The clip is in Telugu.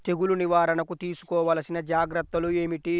తెగులు నివారణకు తీసుకోవలసిన జాగ్రత్తలు ఏమిటీ?